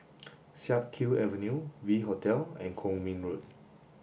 Siak Kew Avenue V Hotel and Kwong Min Road